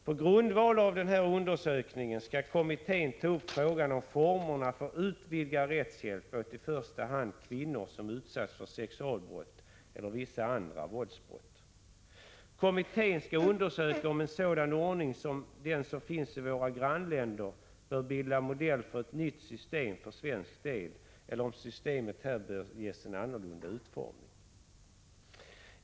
På grundval av denna undersökning skall kommittén ta upp frågan om formerna för utvidgad rättshjälp åt i första hand kvinnor som har utsatts för sexualbrott eller vissa andra våldsbrott. Kommittén skall undersöka om en sådan ordning som den som finns i våra grannländer bör bilda modell för ett nytt system för svensk del eller om systemet här bör ges en annorlunda utformning.